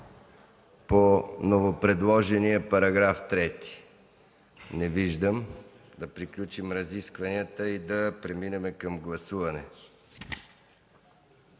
по новопредложения § 3? Не виждам. Да приключим разискванията и да преминем към гласуване.